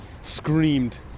screamed